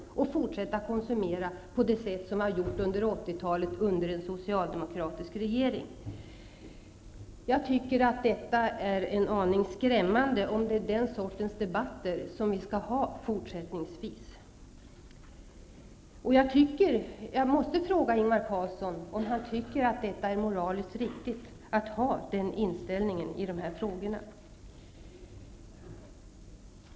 Vi skall fortsätta konsumera på det sätt som skedde under 80-talet under den socialdemokratiska regeringens tid. Om det är den sortens debatter som vi skall ha fortsättningsvis, tycker jag att det är en aning skrämmande. Jag måste fråga Ingvar Carlsson om han anser att det är moraliskt riktigt att ha den inställningen beträffande dessa problem.